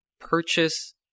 purchase